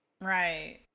Right